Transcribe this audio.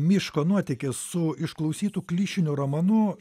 miško nuotykis su išklausytu klišiniu romanu